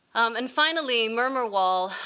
and finally, murmur wall.